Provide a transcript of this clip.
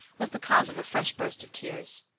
was the cause of a fresh burst of tears.